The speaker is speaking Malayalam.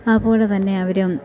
അതു പോലെ തന്നെ അവരും